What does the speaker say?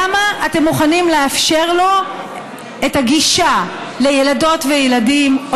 למה אתם מוכנים לאפשר לו את הגישה לילדות ולילדים או